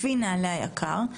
לפי נהלי היק"ר,